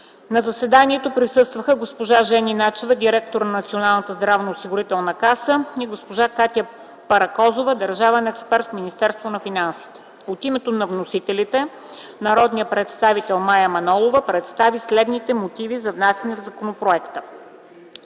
На заседанието присъстваха госпожа Жени Начева – директор на НЗОК, и госпожа Катя Паракозова - държавен експерт в Министерството на финансите. От името на вносителите народният представител Мая Манолова представи следните мотиви за внасяне на законопроeкта: